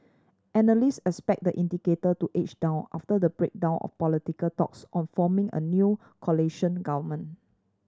analyst expect the indicator to edge down after the breakdown of political talks on forming a new coalition government